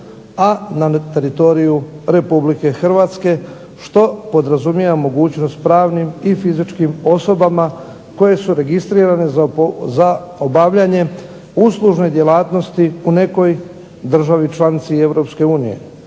a na teritoriju Republike Hrvatske što podrazumijeva mogućnost pravnim i fizičkim osobama koje su registrirane za obavljanje uslužne djelatnosti u nekoj državi članici